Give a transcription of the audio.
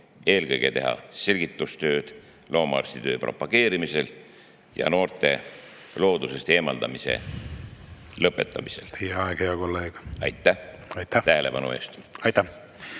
eelkõige teha selgitustööd loomaarstitöö propageerimisel ja noorte loodusest eemaldumise lõpetamisel. Teie aeg, hea kolleeg! Aitäh tähelepanu eest! Aitäh